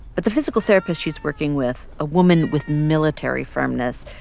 but the physical therapist she's working with, a woman with military firmness,